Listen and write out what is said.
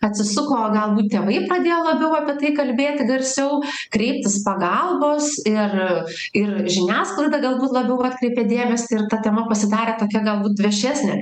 atsisuko galbūt tėvai pradėjo labiau apie tai kalbėti garsiau kreiptis pagalbos ir ir žiniasklaida galbūt labiau atkreipė dėmesį ir ta tema pasidarė tokia galbūt viešesnė